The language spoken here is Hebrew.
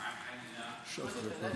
בושה וחרפה.